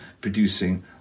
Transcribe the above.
producing